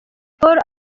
paul